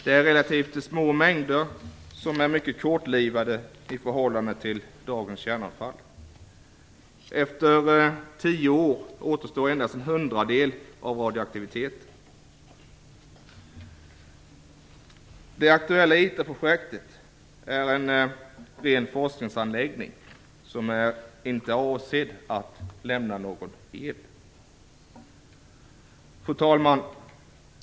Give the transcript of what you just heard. Det är relativt små mängder och de är mycket kortlivade i förhållande till dagens kärnavfall. Efter tio år återstår endast en hundradel av radioaktiviteten. Det aktuella ITER-projektet är en ren forskningsanläggning som inte är avsedd att lämna någon el. Fru talman!